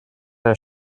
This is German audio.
der